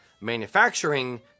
Manufacturing